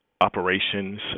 operations